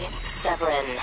Severin